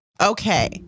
okay